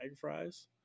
fries